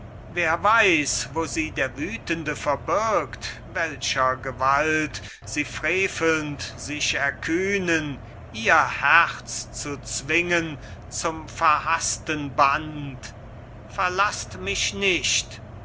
wer weiß wo sie der wütende verbirgt welcher gewalt sie frevelnd sich erkühnen ihr herz zu zwingen zum verhassten band verlasst mich nicht